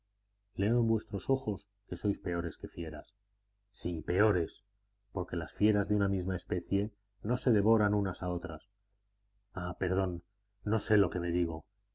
leo en vuestros ojos que sois peores que fieras sí peores porque las fieras de una misma especie no se devoran unas a otras ah perdón no sé lo que me digo